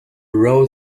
road